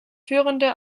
führende